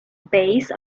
base